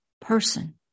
person